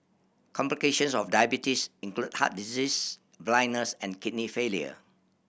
complications of diabetes include heart disease blindness and kidney failure